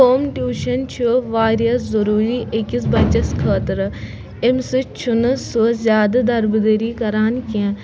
home tuition چھُ واریاہ ضروٗری أکِس بَچَس خٲطرٕ امہِ سۭتۍ چھُنہٕ سُہ زیادٕ دَربٕدٔری کَران کینٛہہ